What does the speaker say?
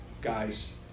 guys